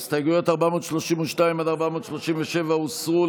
הסתייגויות 432 437 הוסרו.